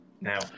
now